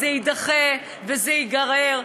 זה יידחה וזה ייגרר.